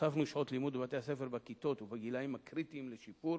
הוספנו שעות לימוד בבתי-הספר בכיתות ובגילים הקריטיים לשיפור,